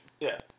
Yes